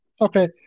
Okay